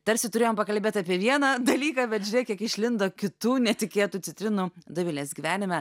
tarsi turėjom pakalbėt apie vieną dalyką bet žiūrėk išlindo kitų netikėtų citrinų dovilės gyvenime